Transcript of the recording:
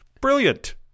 Brilliant